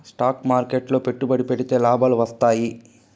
stock మార్కెట్లు లో పెట్టుబడి పెడితే లాభాలు వత్తాయి